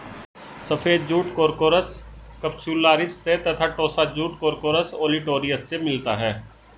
सफ़ेद jute corchorus capsularis से तथा टोस्सा जूट कोर्कोरस ओलिटोरियस से मिलता है